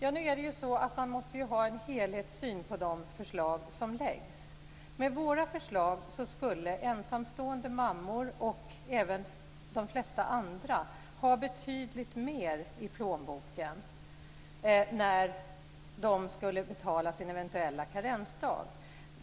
Fru talman! Man måste ju ha en helhetssyn på de förslag som läggs. Med våra förslag skulle ensamstående mammor, och även de flesta andra, ha betydligt mer i plånboken när de betalar sin eventuella karensdag.